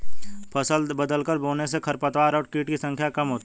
फसल बदलकर बोने से खरपतवार और कीट की संख्या कम होती है